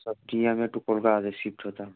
সব নিয়ে আমি একটু কলকাতাতে শিফট হতাম